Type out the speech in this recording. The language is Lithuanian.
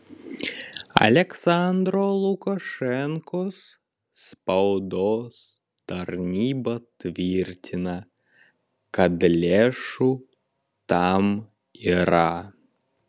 aliaksandro lukašenkos spaudos tarnyba tvirtina kad lėšų tam yra